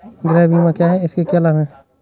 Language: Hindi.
गृह बीमा क्या है इसके क्या लाभ हैं?